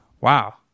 Wow